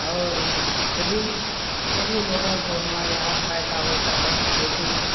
और सभी सभी लोगों को हमारे यहाँ फायदा होता है खेती